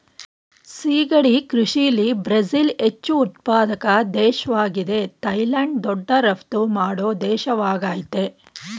ಸಿಗಡಿ ಕೃಷಿಲಿ ಬ್ರಝಿಲ್ ಹೆಚ್ಚು ಉತ್ಪಾದಕ ದೇಶ್ವಾಗಿದೆ ಥೈಲ್ಯಾಂಡ್ ದೊಡ್ಡ ರಫ್ತು ಮಾಡೋ ದೇಶವಾಗಯ್ತೆ